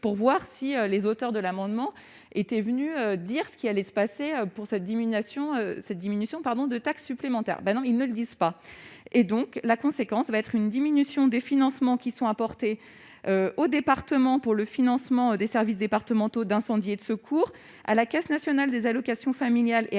pour voir si les auteurs de l'amendement était venu dire ce qui allait se passer pour sa diminution cette diminution, pardon de taxe supplémentaire : ben non, ils ne le disent pas, et donc la conséquence va être une diminution des financements qui sont apportées au départements pour le financement des services départementaux d'incendie et de secours à la Caisse nationale des allocations familiales et